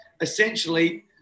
Essentially